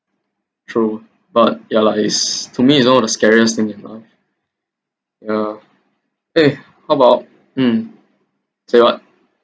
true but ya lah it's to me is all the scariest thing you know yeah eh how about mm say what